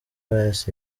pius